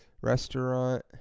Restaurant